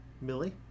Millie